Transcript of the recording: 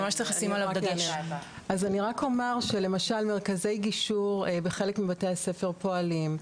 רק אומר שלמשל מרכזי גישור בחלק מבתי הספר פועלים.